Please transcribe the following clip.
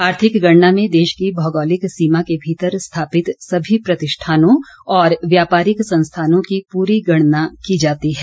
आर्थिक गणना में देश की भौगोलिक सीमा के भीतर स्थापित सभी प्रतिष्ठानों और व्यापारिक संस्थानों की पूरी गणना की जाती है